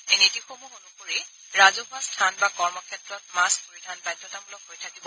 এই নীতিসমূহ অনুসৰি ৰাজহুৱা স্থান বা কৰ্মক্ষেত্ৰত মাস্ক পৰিধান বাধ্যতামূলক হৈ থাকিব